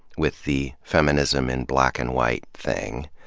with the feminism in black and white thing.